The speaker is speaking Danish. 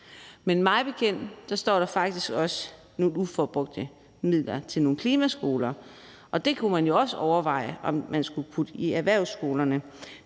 Mig bekendt står der faktisk også nogle uforbrugte midler til nogle klimaerhvervsskoler, og dem kunne man jo også overveje om man skulle putte i erhvervsskolerne.